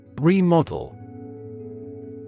Remodel